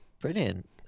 Brilliant